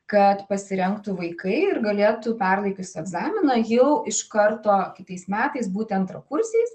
kad pasirengtų vaikai ir galėtų perlaikius egzaminą jau iš karto kitais metais būt antrakursiais